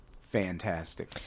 fantastic